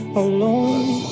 alone